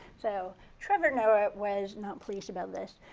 so trevor noah was not pleased about this.